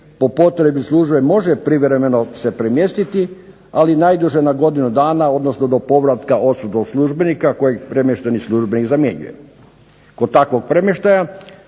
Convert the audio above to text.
po potrebi službe može privremeno se premjestiti ali najduže do godinu dana odnosno do povratka odsutnog službenika kojeg premješteni službenik zamjenjuje. Kod takvog premještaja